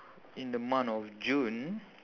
in the month of june